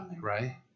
right